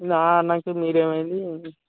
నేను అన్నాక మీరు ఏమైంది